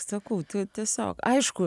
sakau tiesiog aišku